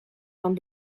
van